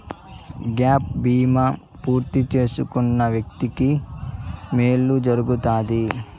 gap బీమా పూర్తి చేసుకున్న వ్యక్తికి మేలు జరుగుతాది